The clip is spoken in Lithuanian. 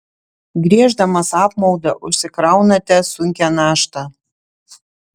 gieždamas apmaudą užsikraunate sunkią naštą